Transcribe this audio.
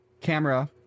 camera